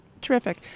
Terrific